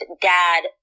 dad